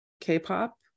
K-pop